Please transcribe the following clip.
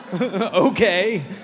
Okay